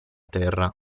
terra